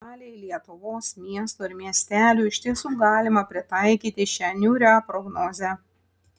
daliai lietuvos miestų ir miestelių iš tiesų galima pritaikyti šią niūrią prognozę